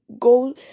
go